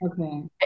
Okay